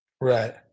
Right